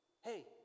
Hey